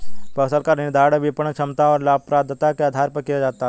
फसल का निर्धारण विपणन क्षमता और लाभप्रदता के आधार पर किया जाता है